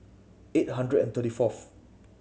eight hundred and thirty fourth